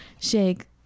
shake